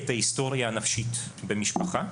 ההיסטוריה הנפשית במשפחה,